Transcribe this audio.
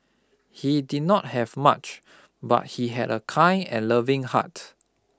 he did not have much but he had a kind and loving heart